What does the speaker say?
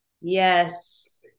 Yes